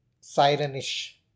siren-ish